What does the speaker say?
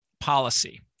policy